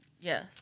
Yes